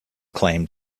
claimed